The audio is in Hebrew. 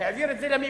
העביר את זה לממונים.